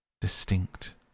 distinct